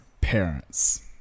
parents